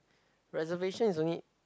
reservation is only